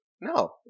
No